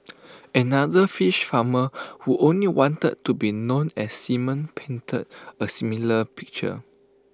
another fish farmer who only wanted to be known as simon painted A similar picture